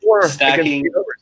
stacking